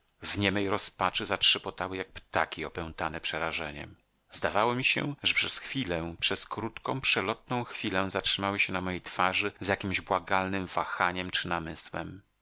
w niemej rozpaczy zatrzepotały jak ptaki opętane przerażeniem zdawało mi się że przez chwilę przez krótką przelotną chwilę zatrzymały się na mojej twarzy z jakiemś błagalnem wahaniem czy namysłem